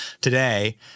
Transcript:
today